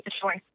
Sure